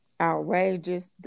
outrageous